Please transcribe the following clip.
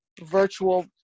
virtual